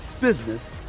business